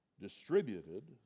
distributed